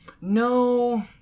No